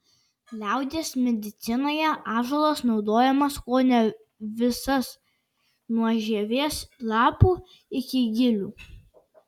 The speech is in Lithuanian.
liaudies medicinoje ąžuolas naudojamas kone visas nuo žievės lapų iki gilių